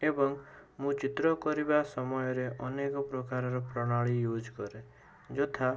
ଏବଂ ମୁଁ ଚିତ୍ର କରିବା ସମୟରେ ଅନେକ ପ୍ରକାରର ପ୍ରଣାଳୀ ୟୁଜ୍ କରେ ଯଥା